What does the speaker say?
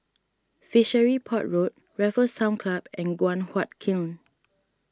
Fishery Port Road Raffles Town Club and Guan Huat Kiln